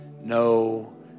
no